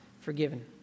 forgiven